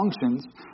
functions